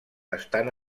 estan